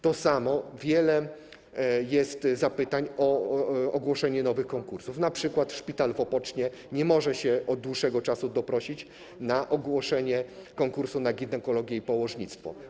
Tak samo jest wiele zapytań o ogłoszenie nowych konkursów, np. szpital w Opocznie nie może od dłuższego czasu doprosić się o ogłoszenie konkursu na ginekologię i położnictwo.